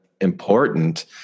important